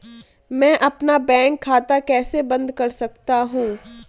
मैं अपना बैंक खाता कैसे बंद कर सकता हूँ?